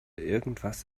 irgendwas